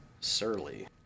Surly